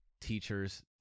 teachers